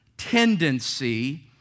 tendency